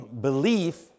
belief